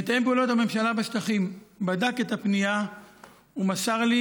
מתאם פעולות הממשלה בשטחים בדק את הפנייה ומסר לי